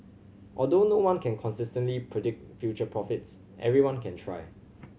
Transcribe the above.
although no one can consistently predict future profits everyone can try